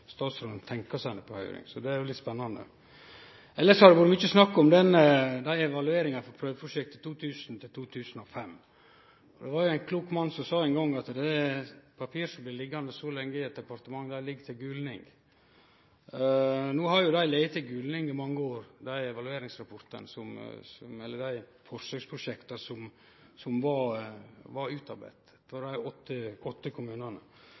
statsråden tenkjer å sende på høyring. Det er litt spennande. Det har vore mykje snakk om evalueringane frå prøveprosjektet 2000–2005. Det var ein klok mann som ein gong sa at papir som blir liggjande lenge i eit departement, ligg til gulning. No har evalueringsrapportane frå forsøksprosjekta som var utarbeidde for dei åtte kommunane, lege til gulning i mange år. Eg kunne tenkje meg å høyre litt om korleis statsråden vurderer erfaringane frå desse åtte kommunane?